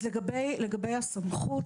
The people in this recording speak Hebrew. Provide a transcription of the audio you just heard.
אז לגבי הסמכות,